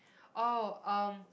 oh um